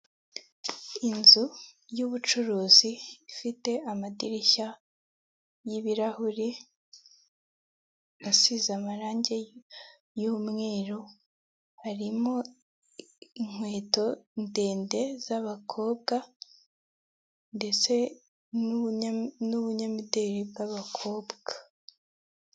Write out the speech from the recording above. Inzu y'ubucuruzi ifite amadirishya y'ibirahuri asize amarangi y'umweru harimo inkweto ndende z'abakobwa ndetse n'ubunyamideri bw'abakobwa.